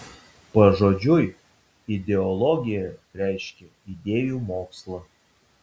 pažodžiui ideologija reiškia idėjų mokslą